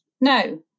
No